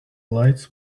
lights